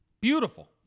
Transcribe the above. Beautiful